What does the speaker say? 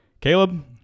Caleb